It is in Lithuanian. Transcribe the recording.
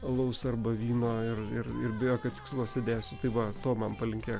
alaus arba vyno ir ir ir be jokio tikslo sėdėsiu tai va to man palinkėk